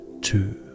two